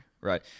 right